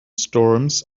storms